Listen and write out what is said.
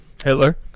Hitler